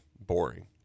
boring